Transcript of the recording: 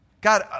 God